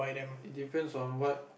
it depends on what